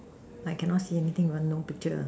like cannot see anything because no picture